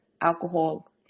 alcohol